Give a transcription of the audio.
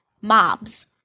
mobs